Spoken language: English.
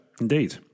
indeed